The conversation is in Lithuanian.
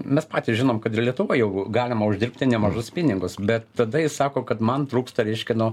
mes patys žinom kad ir lietuvoj jau galima uždirbti nemažus pinigus bet tada jis sako kad man trūksta reiškia no